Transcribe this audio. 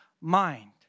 mind